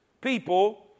people